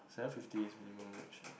seven fifty is minimum wage I think